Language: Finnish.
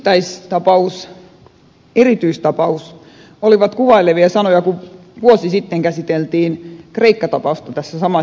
yksittäistapaus erityistapaus olivat kuvailevia sanoja kun vuosi sitten käsiteltiin kreikka tapausta tässä samaisessa salissa